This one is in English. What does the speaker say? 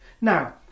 Now